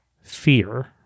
fear